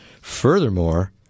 Furthermore